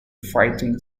fighting